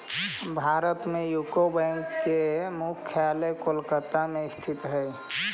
भारत में यूको बैंक के मुख्यालय कोलकाता में स्थित हइ